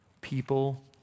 people